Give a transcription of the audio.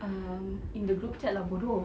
um in the group chat lah bodoh